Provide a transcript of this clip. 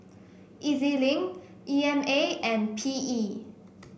E Z Link E M A and P E